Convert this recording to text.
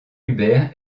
hubert